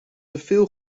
teveel